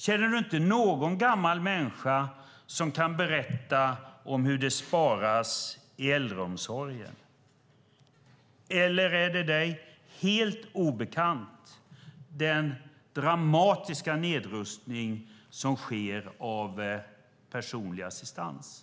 Känner du inte någon gammal människa som kan berätta om hur det sparas i äldreomsorgen, eller är det dig helt obekant vilken dramatisk nedrustning som sker av den personliga assistansen?